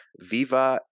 Viva